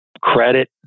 credit